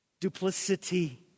Duplicity